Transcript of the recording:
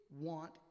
want